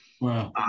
Wow